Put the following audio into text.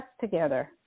together